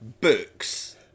books